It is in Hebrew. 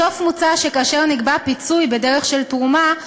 לבסוף מוצע כי כאשר נקבע פיצוי בדרך של תרומה,